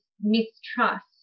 mistrust